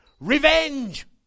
Revenge